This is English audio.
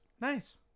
Nice